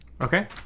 okay